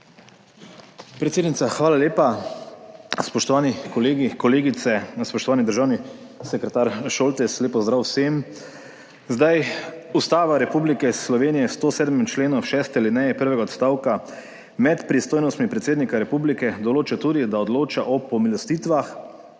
Predsednica, hvala lepa. Spoštovani kolegi, kolegice, spoštovani državni sekretar Šoltes, lep pozdrav vsem! Ustava Republike Slovenije v 107. členu 6. alineje 1. odstavka med pristojnostmi predsednika republike določa tudi, da odloča o pomilostitvah,